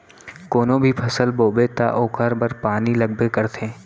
कोनो भी फसल बोबे त ओखर बर पानी लगबे करथे